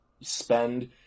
spend